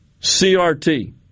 CRT